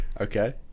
Okay